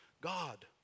God